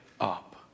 up